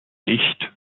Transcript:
nicht